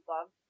love